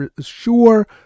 sure